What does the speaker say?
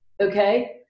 Okay